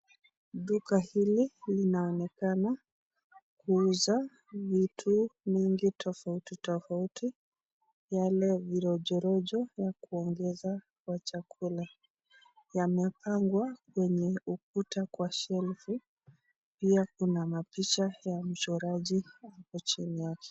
Duka hili linaonekana kuuza vitu mingi tofauti tofauti yale virojorojo ya kuongeza kwa chakula. Yamepangwa kwenye ukuta kwa shelfu pia kuna picha ya mchoraji hapo chini yake.